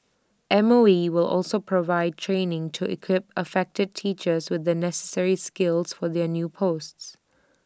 M O E will also provide training to equip affected teachers with the necessary skills for their new posts